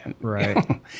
Right